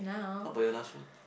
how about your last one